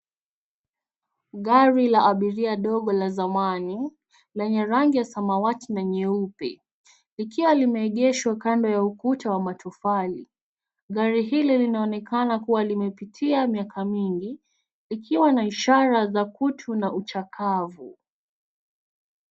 Gari la abiria ndogo la zamani lenye rangi ya samawati na nyeupe likiwa limeegeshwa kando ya ukuta wa matofali. Gari hili linaonekana kuwa limepitia miaka mingi ikiwa na ishara za kutu na uchakavu.